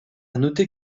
noter